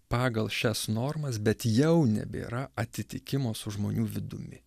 pagal šias normas bet jau nebėra atitikimo su žmonių vidumi